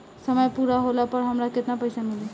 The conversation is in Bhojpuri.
समय पूरा होला पर हमरा केतना पइसा मिली?